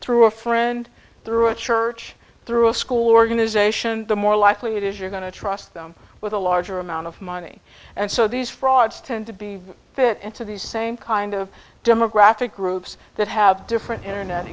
through a friend through a church through a school organization the more likely it is you're going to trust them with a larger amount of money and so these frauds tend to be fit into these same kind of demographic groups that have different internet